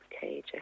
cage